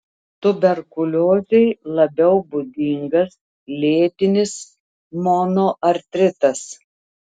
tuberkuliozei labiau būdingas lėtinis monoartritas